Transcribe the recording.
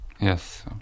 Yes